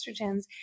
estrogens